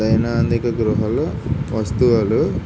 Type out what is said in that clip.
దైనందిక గృహాలు వస్తువులు